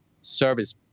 service